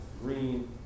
green